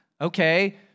okay